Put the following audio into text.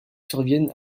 surviennent